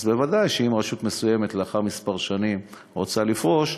אז בוודאי אם רשות מסוימת לאחר כמה שנים רוצה לפרוש,